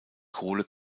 kohle